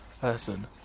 person